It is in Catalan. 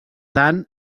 tant